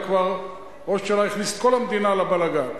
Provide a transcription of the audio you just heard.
אלא כבר ראש הממשלה הכניס את כל המדינה לבלגן.